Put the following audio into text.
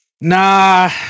Nah